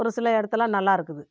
ஒரு சில இடத்துல நல்லாயிருக்குது